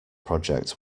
project